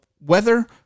weather